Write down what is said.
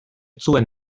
zuen